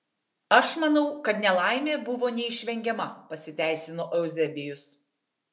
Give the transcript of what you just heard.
aš manau kad nelaimė buvo neišvengiama pasiteisino euzebijus